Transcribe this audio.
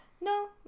No